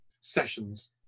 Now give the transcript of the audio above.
sessions